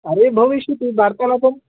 अरे भविष्यति वार्तालापं